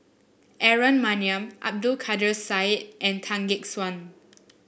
Aaron Maniam Abdul Kadir Syed and Tan Gek Suan